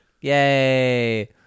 Yay